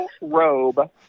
robe